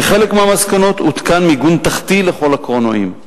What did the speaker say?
כחלק מהמסקנות הותקן מיגון תחתי לכל הקרונועים.